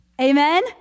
Amen